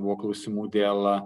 buvo klausimų dėl